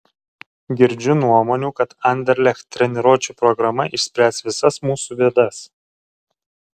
girdžiu nuomonių kad anderlecht treniruočių programa išspręs visas mūsų bėdas